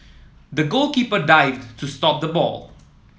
the goalkeeper dived to stop the ball